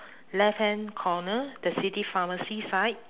left hand corner the city pharmacy side